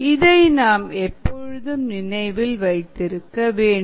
இதை நாம் எப்பொழுதும் நினைவில் வைத்திருக்க வேண்டும்